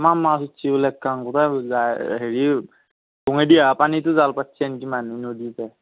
তামাম মাছ উঠছি বোলে একখান গোটেই হেৰি দোঙেই দি আহা পানীতো জাল পাতছি আনকি মানুই নদীৰ পে